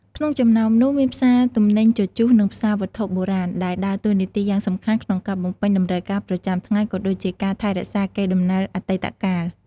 ក្នុងចំណោមនោះ មានផ្សារទំនិញជជុះ និងផ្សារវត្ថុបុរាណ ដែលដើរតួនាទីយ៉ាងសំខាន់ក្នុងការបំពេញតម្រូវការប្រចាំថ្ងៃ ក៏ដូចជាការថែរក្សាកេរដំណែលអតីតកាល។